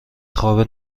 خواب